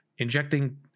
Injecting